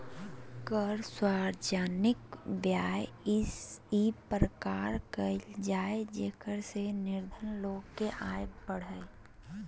कर सार्वजनिक व्यय इ प्रकार कयल जाय जेकरा से निर्धन लोग के आय बढ़य